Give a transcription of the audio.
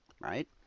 right